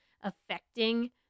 affecting